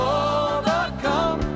overcome